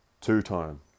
two-time